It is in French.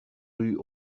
rue